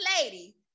lady